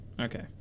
Okay